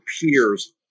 peers